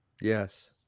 Yes